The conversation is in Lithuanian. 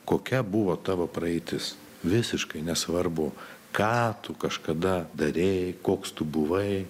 kokia buvo tavo praeitis visiškai nesvarbu ką tu kažkada darei koks tu buvai